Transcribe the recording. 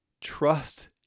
Trust